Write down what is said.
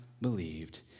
believed